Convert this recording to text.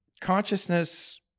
Consciousness